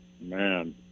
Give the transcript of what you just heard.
Man